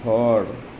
ঘৰ